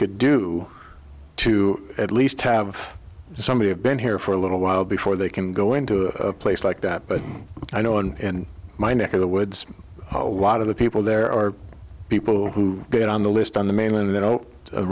could do to at least have somebody have been here for a little while before they can go into a place like that but i know in my neck of the woods a lot of the people there are people who get on the list on the mainland they don't